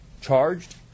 charged